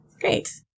great